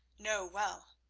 know well.